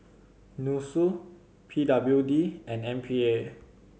NUSSU P W D and M P A